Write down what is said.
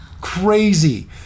crazy